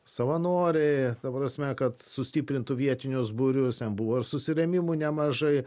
savanoriai ta prasme kad sustiprintų vietinius būrius ten buvo ir susirėmimų nemažai